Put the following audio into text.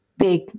big